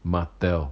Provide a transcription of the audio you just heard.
Mattel